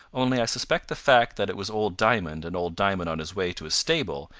only i suspect the fact that it was old diamond, and old diamond on his way to his stable,